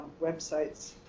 Websites